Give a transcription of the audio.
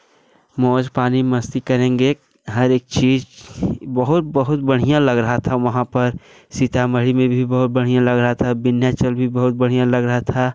मौज पानी मस्ती करेंगे हर एक चीज़ बहुत बहुत बढ़िया लग रहा था वहाँ पर सीतामढ़ी में भी बहुत बढ़िया लग रहा था विन्ध्याचल भी बहुत बढ़िया लग रहा था